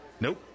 Nope